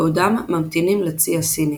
בעודם ממתינים לצי הסיני.